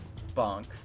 bonk